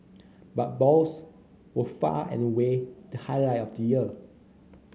but balls were far and away the highlight of the year